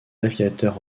aviateurs